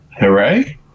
hooray